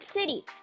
City